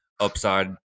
Upside